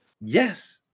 Yes